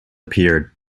appeared